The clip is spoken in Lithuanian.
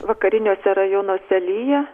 vakariniuose rajonuose lyja